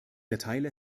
erteile